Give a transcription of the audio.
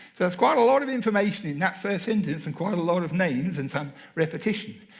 there's quite a lot of information in that first sentence and quite a lot of names and some repetition.